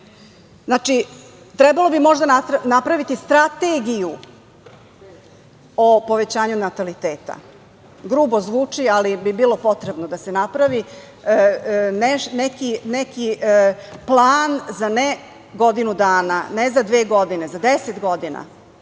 deteta. Trebalo bi možda napraviti strategiju o povećanju nataliteta. Grubo zvuči, ali bi bilo potrebno da se napravi neki plan ne za godinu dana, ne za dve godine, za deset godina